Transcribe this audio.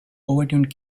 overturned